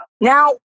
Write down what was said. Now